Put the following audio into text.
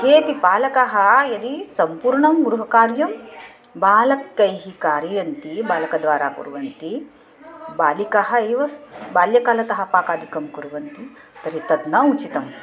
केपि बालकाः यदि सम्पूर्णं गृहकार्यं बालकैः कारयन्ति बालकद्वारा कुर्वन्ति बालिकाः एव बाल्यकालतः पाकादिकं कुर्वन्ति तर्हि तद् न उचितम्